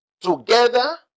together